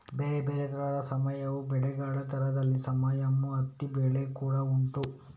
ಬೇರೆ ಬೇರೆ ತರದ ಸಾವಯವ ಬೆಳೆಗಳ ತರದಲ್ಲಿ ಸಾವಯವ ಹತ್ತಿ ಬೆಳೆ ಕೂಡಾ ಉಂಟು